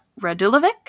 radulovic